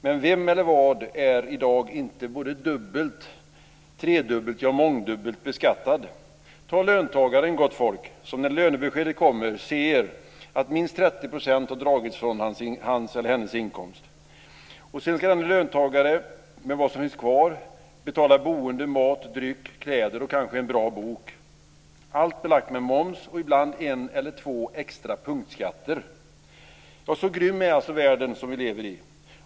Men vem eller vad är i dag inte både dubbelt och tredubbelt, ja, mångdubbelt beskattad? Ta löntagaren, gott folk, som när lönebeskedet kommer ser att minst 30 % har dragits från inkomsten. Sedan ska denne löntagare med vad som finns kvar betala boende, mat, dryck, kläder och kanske en bra bok - allt belagt med moms och ibland en eller två extra punktskatter. Ja, så grym är alltså världen som vi lever i.